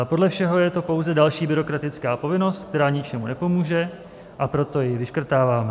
Podle všeho je to pouze další byrokratická povinnost, která ničemu nepomůže, a proto ji vyškrtáváme.